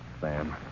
Sam